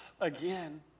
again